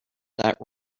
that